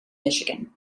michigan